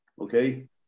Okay